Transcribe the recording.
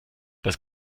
das